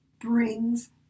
brings